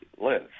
live